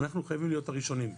אנחנו חייבים להיות הראשונים.